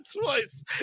twice